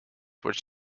which